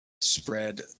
spread